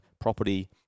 property